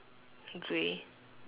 grey